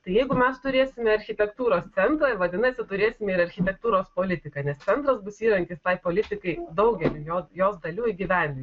tai jeigu mes turėsime architektūros centrą vadinasi turėsime ir architektūros politiką nes centras bus įrankis tai politikai daugeliui jo jos dalių įgyvendinti